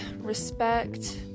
respect